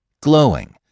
glowing